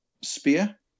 spear